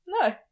No